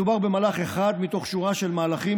מדובר במהלך אחד מתוך שורה של מהלכים